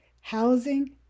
housing